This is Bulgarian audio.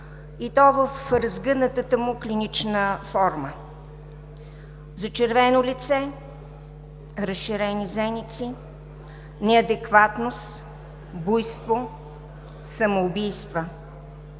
и то в разгънатата му клинична форма: зачервено лице, разширени зеници, неадекватност, буйство, самоубийства.